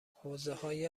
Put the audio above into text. حوزههای